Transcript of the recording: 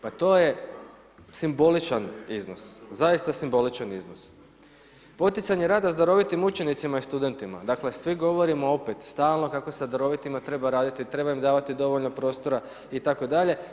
Pa to je simboličan iznos, zaista simboličan iznos Poticanje rada s darovitim učenicima i studentima, dakle svi govorimo opet stalno kako sa darovitima treba raditi, treba im davati dovoljno prostora itd.